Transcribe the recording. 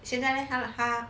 现在 leh 他他